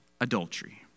adultery